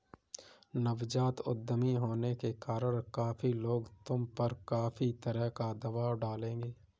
नवजात उद्यमी होने के कारण काफी लोग तुम पर काफी तरह का दबाव डालेंगे